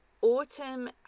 autumn